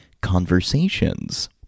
Conversations